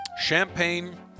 champagne